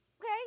Okay